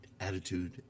attitude